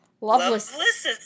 Loveless